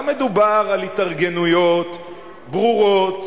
אלא מדובר על התארגנויות ברורות,